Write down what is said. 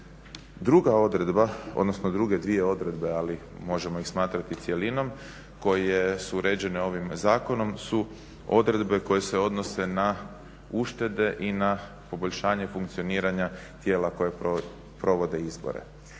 Druga odredba, odnosno drug dvije odredbe ali možemo ih smatrati cjelinom koje su uređene ovim zakonom su odredbe koje se odnose na uštede i na poboljšanje funkcioniranja tijela koje provode izbore.